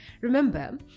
Remember